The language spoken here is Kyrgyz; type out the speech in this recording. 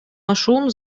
ашуун